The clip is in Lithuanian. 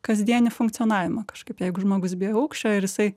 kasdienį funkcionavimą kažkaip jeigu žmogus bijo aukščio ir jisai